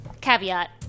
caveat